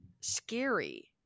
scary